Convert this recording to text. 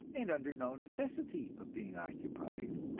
and under no necessity of being occupied.